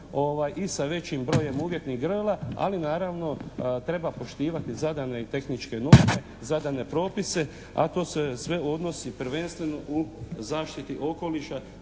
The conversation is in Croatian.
i sa većim brojem uvjetnih grla ali naravno treba poštivati zadane tehničke norme, zadane propise a to se sve odnosi prvenstveno u zaštiti okoliša